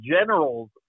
generals